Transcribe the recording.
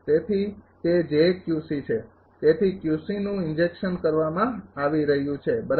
તેથી તે છે તેથી નું ઇંજેકશન કરવામાં આવી રહ્યું છે બરાબર